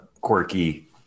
quirky